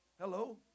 Hello